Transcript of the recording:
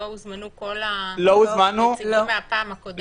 לא הוזמנו כל הנציגים מהפעם הקודמת?